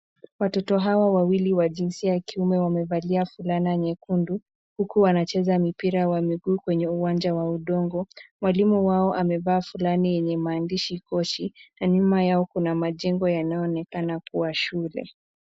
Watoto hawa wawili wa jinsia ya kiume wamevalia fulana nyekundu, huku wanacheza mpira wa miguu kwenye uwanja wa udongo. Mwalimu wao amevaa fulana yenye maandishi Coach na nyuma yao kuna majengo yanayoonekana kuwa shule.